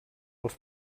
els